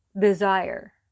desire